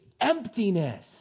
emptiness